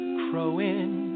crowing